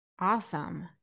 Awesome